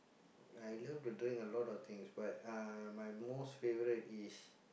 I love to drink a lot of things but uh my most favourite is